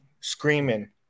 Screaming